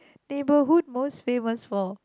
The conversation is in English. neighbourhood most famous for